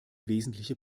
wesentliche